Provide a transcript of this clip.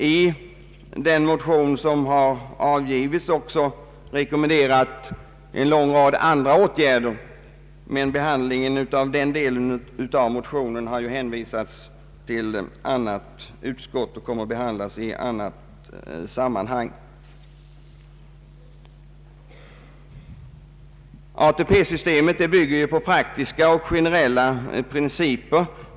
I de motioner som väckts har vi också rekommenderat en lång rad andra åtgärder, men dessa motioner har hänvisats till annat utskott för behandling i annat sammanhang. ATP-systemet bygger på praktiska och generella principer.